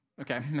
Okay